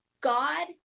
God